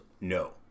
no